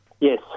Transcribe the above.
Yes